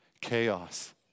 Chaos